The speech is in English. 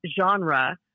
genre